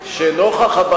השידור זה שום דבר בעיניכם.